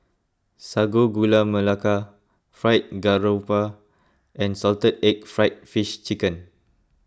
Sago Gula Melaka Fried Garoupa and Salted Egg Fried Fish Skin